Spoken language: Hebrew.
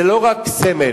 זה לא רק סמל,